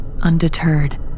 undeterred